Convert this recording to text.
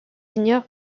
ignorent